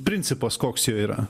principas koks jo yra